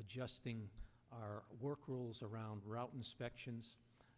adjusting our work rules around route inspections